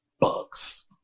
bugs